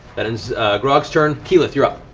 that ends grog's turn. keyleth, you're up.